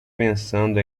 pensando